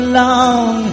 long